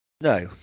no